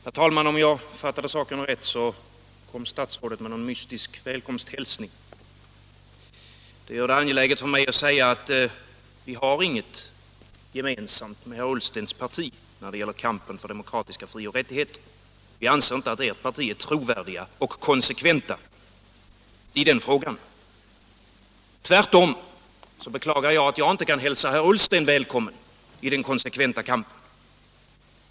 Herr talman! Om jag fattade saken rätt kom statsrådet med någon mystisk välkomsthälsning. Det gör det angeläget för mig att säga att vi inte har någonting gemensamt med herr Ullstens parti när det gäller kampen för demokratiska frioch rättigheter. Vi anser inte att ert parti är trovärdigt och konsekvent i den frågan. Tvärtom beklagar jag att jag inte kan hälsa herr Ullsten välkommen i den konsekventa kampen.